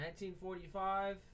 1945